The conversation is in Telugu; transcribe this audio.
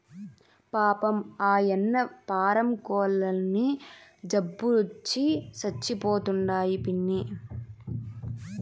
పాపం, ఆయన్న పారం కోల్లన్నీ జబ్బొచ్చి సచ్చిపోతండాయి పిన్నీ